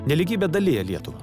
nelygybė dalija lietuvą